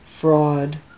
fraud